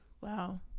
Wow